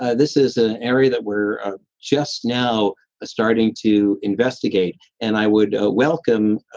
ah this is an area that we're ah just now starting to investigate and i would ah welcome,